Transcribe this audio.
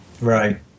Right